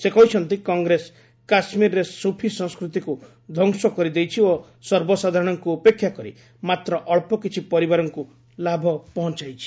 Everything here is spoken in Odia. ସେ କହିଛନ୍ତି କଂଗ୍ରେସ କାଶ୍ମୀରରେ ସୁଫି ସଂସ୍କୃତିକୁ ଧ୍ୱଂସ କରିଦେଇଛି ଓ ସର୍ବସାଧାରଣଙ୍କୁ ଉପେକ୍ଷା କରି ମାତ୍ର ଅଳ୍ପକିଛି ପରିବାରଙ୍କ ଲାଭ ପହଞ୍ଚାଇଛି